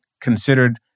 considered